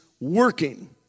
working